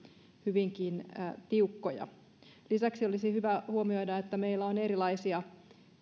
hyvinkin tiukkoja lisäksi olisi hyvä huomioida että meillä on erilaisia